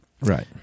Right